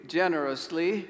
generously